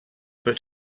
but